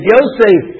Yosef